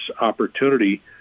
opportunity